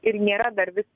ir nėra dar vis